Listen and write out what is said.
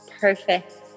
perfect